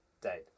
date